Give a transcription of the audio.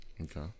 Okay